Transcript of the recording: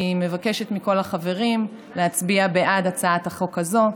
אני מבקשת מכל החברים להצביע בעד הצעת החוק הזאת.